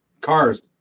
Cars